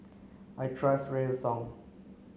I trust Redoxon